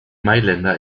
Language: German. mailänder